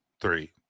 three